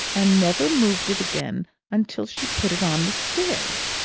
and never moved it again until she put it on the stairs.